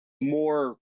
more